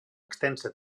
extensa